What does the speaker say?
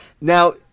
Now